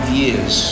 years